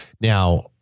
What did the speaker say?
Now